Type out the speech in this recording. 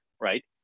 right